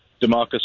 DeMarcus